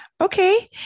Okay